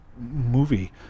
movie